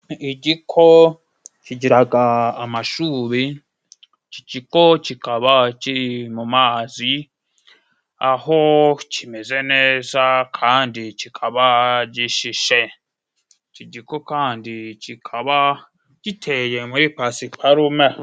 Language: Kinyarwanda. Igiko kigiraga amashubi, iki giko kikaba kiri mu mazi, aho kimeze neza kandi kikaba gishishe, iki giko kandi kikaba giteye muri pasiparume.